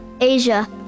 Asia